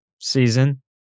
season